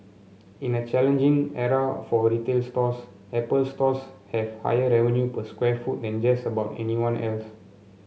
in a challenging era for retail stores Apple Stores have higher revenue per square foot than just about anyone else